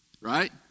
Right